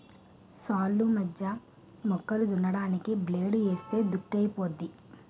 సాల్లు మధ్య మొక్కలు దున్నడానికి బ్లేడ్ ఏస్తే దుక్కైపోద్ది